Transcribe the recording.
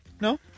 No